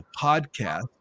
podcast